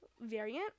variant